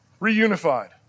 reunified